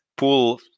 pull